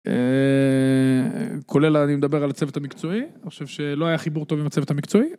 כולל אני מדבר על הצוות המקצועי, אני חושב שלא היה חיבור טוב עם הצוות המקצועי.